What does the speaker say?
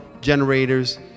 generators